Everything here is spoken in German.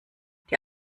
die